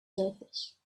surface